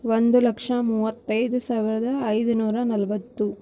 ಒಂದು ಲಕ್ಷ ಮೂವತ್ತೈದು ಸಾವಿರದ ಐದು ನೂರ ನಲ್ವತ್ತು